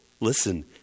listen